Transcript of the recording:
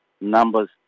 numbers